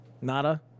Nada